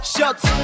Shots